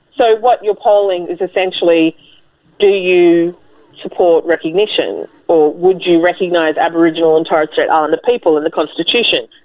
so what you are polling is essentially do you support recognition? or would you recognise aboriginal and torres strait islander people in the constitution?